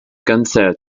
cancer